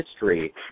history